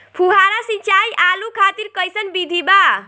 फुहारा सिंचाई आलू खातिर कइसन विधि बा?